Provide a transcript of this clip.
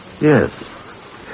Yes